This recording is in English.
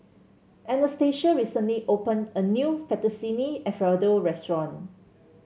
Anastacia recently opened a new Fettuccine Alfredo Restaurant